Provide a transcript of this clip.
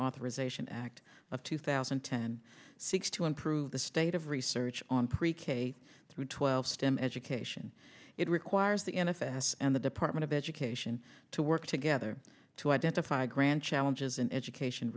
authorization act of two thousand and ten seeks to improve the state of research on pre k through twelve stem education it requires the m f s and the department of education to work together to identify grand challenges in education